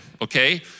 okay